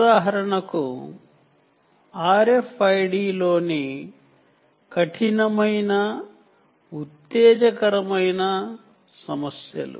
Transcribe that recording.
ఉదాహరణకు RFID లోని కఠినమైన ఉత్తేజకరమైన సమస్యలు